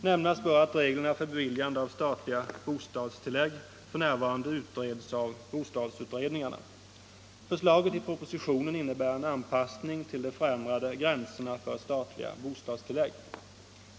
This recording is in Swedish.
Nämnas bör att reglerna för beviljande av statliga bostadstilllägg f.n. utreds av bostadsutredningarna. Förslaget i propositionen innebär en anpassning till de förändrade gränserna för statliga bostadstillägg.